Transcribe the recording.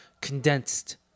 condensed